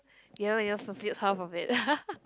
you haven't even fulfilled half of it